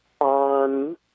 on